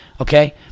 Okay